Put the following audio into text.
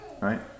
Right